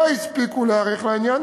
לא הספיקה להיערך לעניין.